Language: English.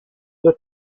the